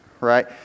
right